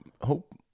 hope